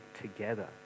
together